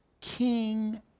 king